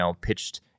pitched